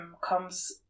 comes